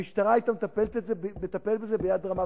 המשטרה היתה מטפלת בזה ביד רמה.